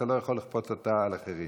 אבל אתה לא יכול לכפות אותה על אחרים.